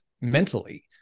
mentally